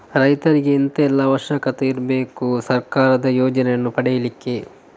ರೈತರಿಗೆ ಎಂತ ಎಲ್ಲಾ ಅವಶ್ಯಕತೆ ಇರ್ಬೇಕು ಸರ್ಕಾರದ ಯೋಜನೆಯನ್ನು ಪಡೆಲಿಕ್ಕೆ?